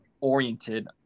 oriented